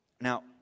Now